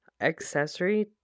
accessory